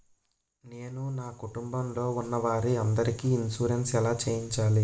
నేను నా కుటుంబం లొ ఉన్న వారి అందరికి ఇన్సురెన్స్ ఎలా చేయించాలి?